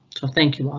so thank you. um